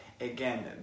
again